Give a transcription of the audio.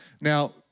Now